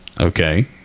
Okay